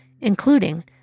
including